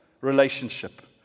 relationship